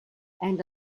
and